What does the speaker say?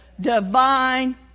divine